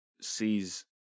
sees